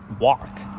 walk